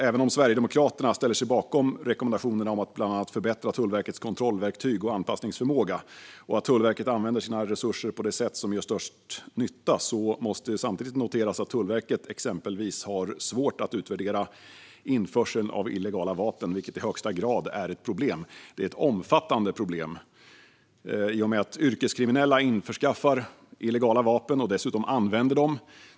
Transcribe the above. Även om Sverigedemokraterna ställer sig bakom rekommendationerna om att bland annat förbättra Tullverkets kontrollverktyg och anpassningsförmåga samt att Tullverket ska använda sina resurser på det sätt som ger största möjliga nytta måste det samtidigt noteras att Tullverket exempelvis har svårt att utvärdera införseln av illegala vapen, vilket i högsta grad är ett problem. Det är ett omfattande problem i och med att yrkeskriminella införskaffar illegala vapen och dessutom använder dem.